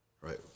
right